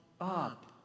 up